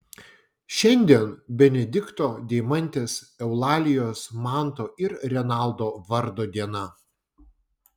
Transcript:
šiandien benedikto deimantės eulalijos manto ir renaldo vardo diena